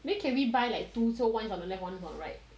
then can we buy like two so one is on the left one is on the right